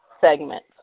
segment